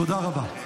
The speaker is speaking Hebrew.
תודה רבה.